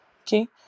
Okay